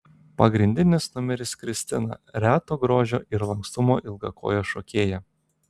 pagrindinis numeris kristina reto grožio ir lankstumo ilgakojė šokėja